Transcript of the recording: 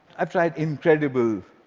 i've tried incredible,